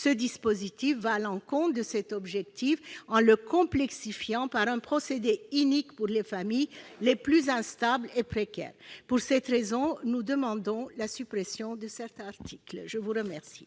tel dispositif va à l'encontre de cet objectif, en le complexifiant par un procédé inique pour les familles les plus instables et précaires. Pour cette raison, nous demandons la suppression de l'article 6.